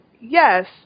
Yes